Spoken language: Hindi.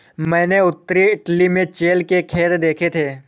मैंने उत्तरी इटली में चेयल के खेत देखे थे